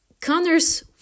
Connor's